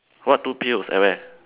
what two pills at where